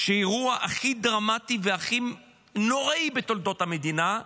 שאת האירוע הכי דרמטי, הכי נוראי בתולדות המדינה,